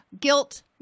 Guilt